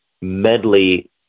medley